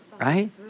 Right